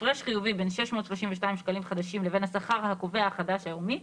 הפרש חיובי בין 632 שקלים חדשים לבין השכר הקובע החדש היומי,